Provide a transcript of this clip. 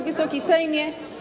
Wysoki Sejmie!